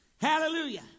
hallelujah